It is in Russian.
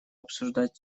обсуждать